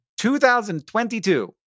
2022